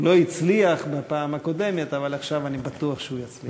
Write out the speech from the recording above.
הוא לא הצליח בפעם הקודמת אבל עכשיו אני בטוח שהוא יצליח.